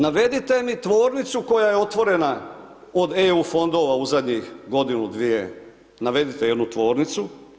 Navedite mi tvornicu koja je otvorena od EU fondova u zadnjih godinu, dvije, navedite jednu tvornicu.